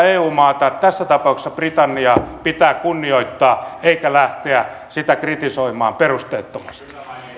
eu maata tässä tapauksessa britanniaa pitää kunnioittaa eikä lähteä sitä kritisoimaan perusteettomasti